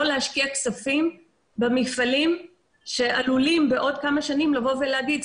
להשקיע כספים במפעלים שעלולים בעוד כמה שנים לבוא ולומר,